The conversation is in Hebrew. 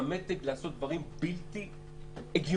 והמתג לעשות דברים בלתי הגיוניים.